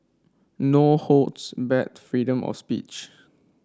no holds barred freedom of speech